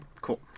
cool